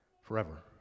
forever